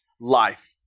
life